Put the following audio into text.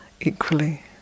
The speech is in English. equally